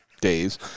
days